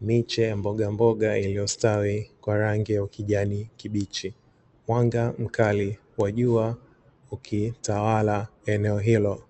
miche ya mbogamboga iliyostawi kwa rangi ya ukijani kibichi, mwanga mkali wa jua ukitawala eneo hilo.